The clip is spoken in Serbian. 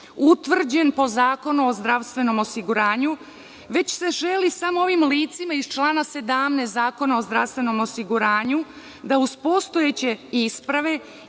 utvrđen po Zakonu o zdravstvenom osiguranju već se želi samo ovim licima iz člana 17. Zakona o zdravstvenom osiguranju da uz postojeće isprave